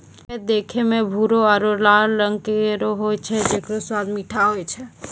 हय देखै म भूरो आरु लाल रंगों केरो होय छै जेकरो स्वाद मीठो होय छै